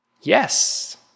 Yes